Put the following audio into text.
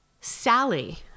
Sally